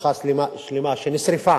משפחה שלמה שנשרפה